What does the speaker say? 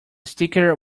sticker